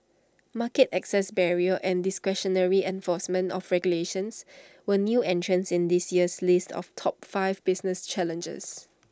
market access barriers and discretionary enforcement of regulations were new entrants in this year's list of top five business challenges